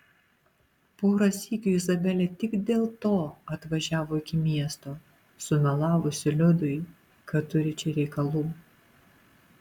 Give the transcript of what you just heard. porą sykių izabelė tik dėl to atvažiavo iki miesto sumelavusi liudui kad turi čia reikalų